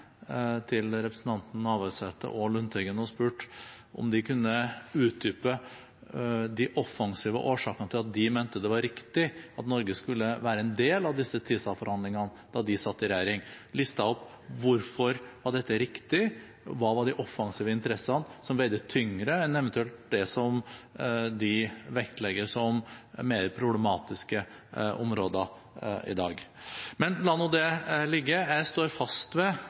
Navarsete og Lundteigen om de kunne utdype de offensivene årsakene til at de mente det var riktig at Norge skulle være en del av disse TISA-forhandlingene da de satt i regjering, om de kunne listet opp: Hvorfor var dette riktig? Hva var de offensive interessene som veide tyngre enn eventuelt det som de vektlegger som mer problematiske områder i dag? Men la nå det ligge. Jeg står fast ved